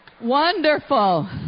Wonderful